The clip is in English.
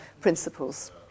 principles